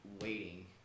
waiting